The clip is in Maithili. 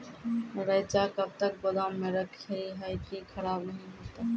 रईचा कब तक गोदाम मे रखी है की खराब नहीं होता?